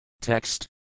Text